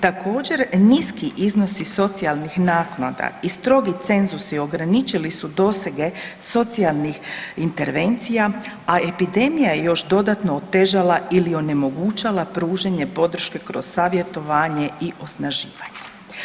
Također niski iznosi socijalnih naknada i strogi cenzusi ograničili su dosege socijalnih intervencija, a epidemija je još dodatno otežala ili onemogućala pružanje podrške kroz savjetovanje i osnaživanje.